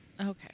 Okay